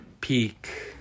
Peak